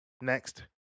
Next